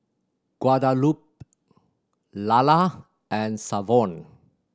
Guadalupe Lalla and Savon